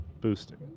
boosting